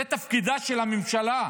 זה תפקידה של הממשלה.